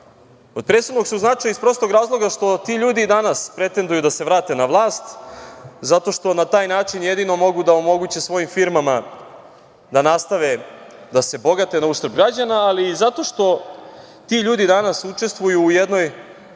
Od presudnog su značaja iz prostog razloga što ti ljudi i danas pretenduju da se vrate na vlast, zato što na taj način jedino mogu da omoguće svojim firmama da nastave da se bogate na uštrb građana, ali i zato što ti ljudi danas učestvuju u jednoj